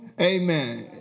amen